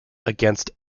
against